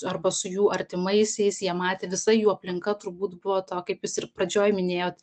arba su jų artimaisiais jie matė visa jų aplinka turbūt buvo to kaip jūs ir pradžioj minėjot